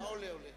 את צודקת בכל מלה.